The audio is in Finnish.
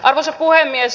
arvoisa puhemies